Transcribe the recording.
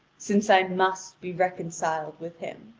since i must be reconciled with him.